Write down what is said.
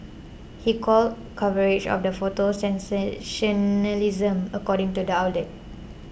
he called coverage of the photo sensationalism according to the outlet